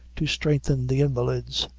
to strengthen the invalids.